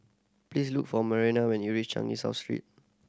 please look for Marianna when you reach Changi South Street